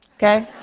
okay,